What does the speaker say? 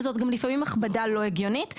ולפעמים זו גם הכבדה לא הגיונית.